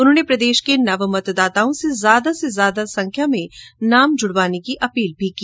उन्होंने प्रदेश के नव मतदाताओं से ज्यादा से ज्यादा संख्या में नाम जुड़वाने की अपील भी की